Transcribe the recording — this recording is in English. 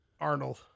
Arnold